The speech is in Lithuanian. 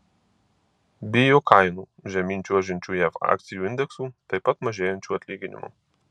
bijo kainų žemyn čiuožiančių jav akcijų indeksų taip pat mažėjančių atlyginimų